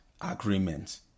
agreement